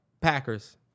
Packers